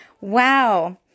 Wow